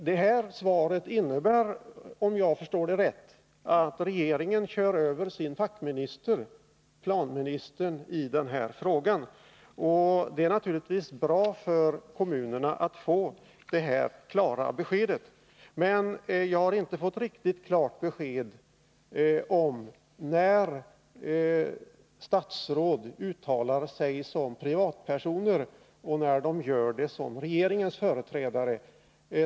Detta svar innebär — om jag förstår det rätt — att regeringen kör över sin fackminister, planministern, i denna fråga. Och det är naturligtvis bra för kommunerna att få detta klara besked. Men jag har inte fått riktigt klart besked om när statsråd uttalar sig som privatpersoner och när de gör det som regeringens företrädare.